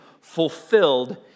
fulfilled